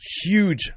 huge